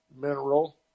mineral